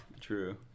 true